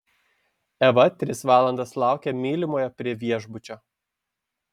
eva tris valandas laukė mylimojo prie viešbučio